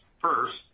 First